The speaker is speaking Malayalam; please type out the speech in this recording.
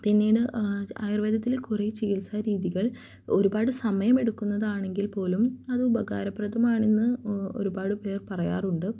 പിന്നീട് ആയുർവേദത്തിലെ കുറെ ചികിത്സാ രീതികൾ ഒരുപാട് സമയമെടുക്കുന്നതാണെങ്കിൽ പോലും അതുപകാരപ്രദമാണെന്ന് ഒരുപാട് പേർ പറയാറുണ്ട്